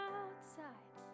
outside